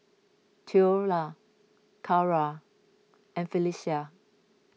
theola Carra and Phylicia